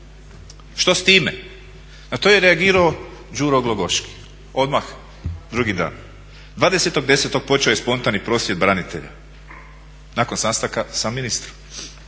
Što s time? Na to je reagirao Đuro Glogoški odmah drugi dan. 20.10. počeo je spontani prosvjed branitelja nakon sastanka sa ministrom.